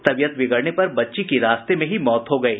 तबीयत बिगड़ने पर बच्ची की रास्ते में ही मौत हो गयी